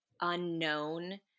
unknown